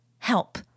Help